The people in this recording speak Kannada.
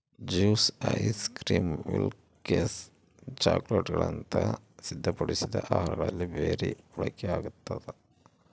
ಜ್ಯೂಸ್ ಐಸ್ ಕ್ರೀಮ್ ಮಿಲ್ಕ್ಶೇಕ್ ಚಾಕೊಲೇಟ್ಗುಳಂತ ಸಿದ್ಧಪಡಿಸಿದ ಆಹಾರಗಳಲ್ಲಿ ಬೆರಿ ಬಳಕೆಯಾಗ್ತದ